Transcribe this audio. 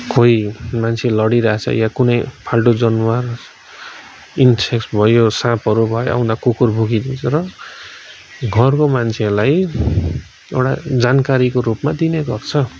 कोही मान्छे लडिरहेछ या कुनै फालो जनावर इन्सेक्ट्स भयो साँपहरू भयो आउँदा कुकुर भुकिदिन्छ र घरको मान्छेहरूलाई एउटा जानकारीको रूपमा दिने गर्छ